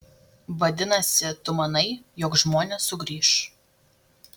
vadinasi tu manai jog žmonės sugrįš